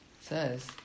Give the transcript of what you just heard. says